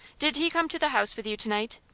did he come to the house with you tonight?